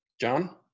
John